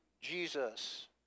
Jesus